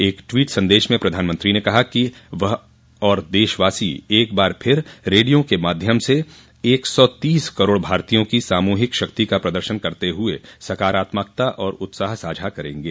एक ट्वीट सदेश में प्रधानमंत्री ने कहा कि वह और देशवासी एक बार फिर रेडिया के माध्यम से एक सौ तीस करोड़ भारतीयों की सामूहिक शक्ति का प्रदर्शन करते हुए सकारात्मकता और उत्साह साझा करेंगे